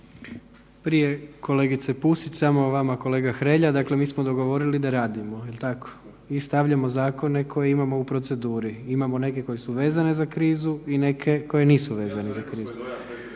Prije kolegice Pusić samo vama kolega Hrelja, dakle mi smo dogovorili da radimo jel tako i stavljamo zakone koje imamo u proceduri. Imamo neke koji su vezani za krizu i neke koji nisu vezani za krizu.